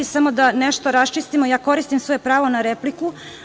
Samo da nešto raščistimo, koristim svoje pravo na repliku.